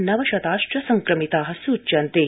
नवशताश्च संक्रमिता सूच्यन्ते